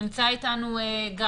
נמצא איתנו גם